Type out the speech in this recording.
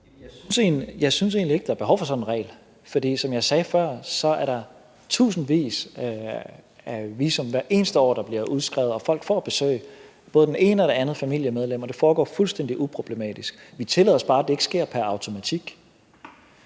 Jeg synes egentlig ikke, der er behov for sådan en regel, for som jeg sagde før, er der tusindvis af visa hvert eneste år, der bliver udskrevet, og folk får besøg af både det ene og andet familiemedlem, og det foregår fuldstændig uproblematisk. Vi tillader bare ikke, at det sker pr. automatik.